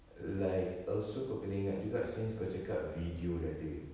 like also kau kena ingat juga since kau cakap video dah ada